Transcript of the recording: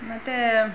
ಮತ್ತೆ